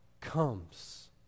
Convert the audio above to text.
comes